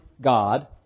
God